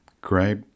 Great